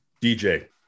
dj